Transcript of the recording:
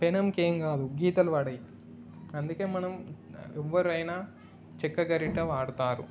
పెనంకి ఏమి కాదు గీతలు పడవు అందుకే మనం ఎవ్వరైనా చెక్క గరిటె వాడతారు